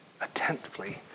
attentively